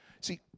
See